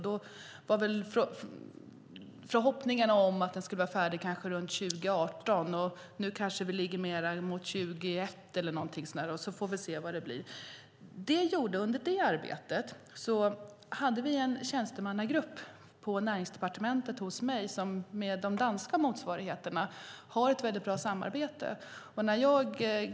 Då var förhoppningen att den skulle vara färdig omkring 2018, men nu handlar det kanske snarare om 2021. Under det arbetet hade vi en tjänstemannagrupp på Näringsdepartementet hos mig som hade ett bra samarbete med sina danska motsvarigheter.